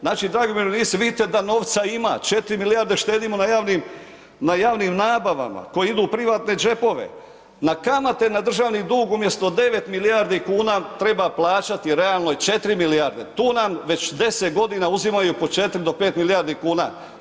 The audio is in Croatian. Znači dragi umirovljenici, vidite da novca ima, 4 milijarde štedimo na javnim nabavama koje idu u privatne džepove, na kamate na državnu dug umjesto 9 milijardi kuna treba plaćati realno 4 milijarde, tu nam već 10 g. uzimaju po 4 do 5 milijardi kuna.